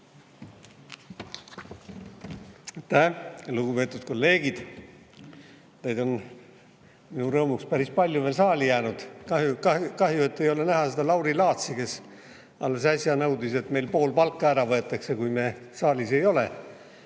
Lugupeetud kolleegid! Teid on minu rõõmuks päris palju veel saali jäänud. Kahju, et ei ole näha Lauri Laatsi, kes alles äsja nõudis, et meil pool palka ära võetaks, kui me saalis ei ole